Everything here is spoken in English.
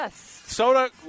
Soda